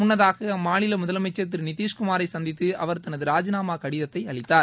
முன்னதாக அம்மாநில முதலமைச்சர்திரு நிதிஷ்குமாரை சந்தித்து அவர் தனது ராஜினாமா கடிதத்தை அளித்தார்